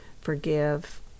forgive